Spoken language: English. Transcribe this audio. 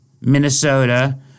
Minnesota